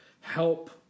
help